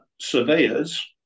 surveyors